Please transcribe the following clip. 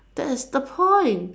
that's the point